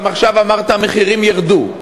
גם עכשיו אמרת: המחירים ירדו.